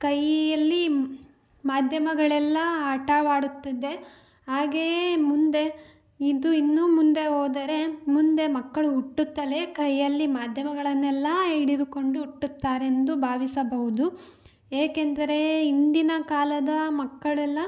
ಕೈಯಲ್ಲಿ ಮಾಧ್ಯಮಗಳೆಲ್ಲಾ ಆಟವಾಡುತ್ತಿದೆ ಹಾಗೆಯೇ ಮುಂದೆ ಇದು ಇನ್ನೂ ಮುಂದೆ ಹೋದರೆ ಮುಂದೆ ಮಕ್ಕಳು ಹುಟ್ಟುತ್ತಲೇ ಕೈಯಲ್ಲಿ ಮಾಧ್ಯಮಗಳನ್ನೆಲ್ಲ ಹಿಡಿದುಕೊಂಡು ಹುಟ್ಟುತ್ತಾರೆಂದು ಭಾವಿಸಬಹುದು ಏಕೆಂದರೆ ಹಿಂದಿನ ಕಾಲದ ಮಕ್ಕಳೆಲ್ಲ